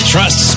Trust